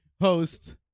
host